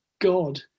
god